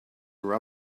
her